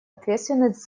ответственность